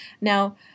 Now